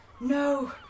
No